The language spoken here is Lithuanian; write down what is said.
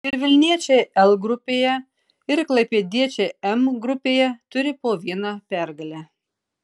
ir vilniečiai l grupėje ir klaipėdiečiai m grupėje turi po vieną pergalę